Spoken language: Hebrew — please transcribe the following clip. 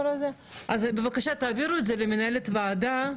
בבקשה תעבירו את זה למנהלת הוועדה.